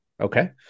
Okay